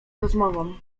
rozmową